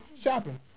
shopping